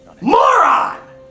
MORON